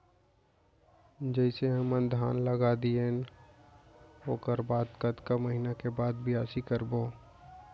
जइसे हमन धान लगा दिएन ओकर बाद कतका महिना के बाद बियासी करबो?